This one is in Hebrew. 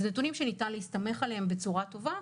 זה נתונים שניתן להסתמך עליהם בצורה טובה.